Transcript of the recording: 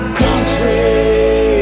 country